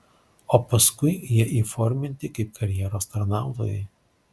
o paskui jie įforminti kaip karjeros tarnautojai